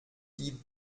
die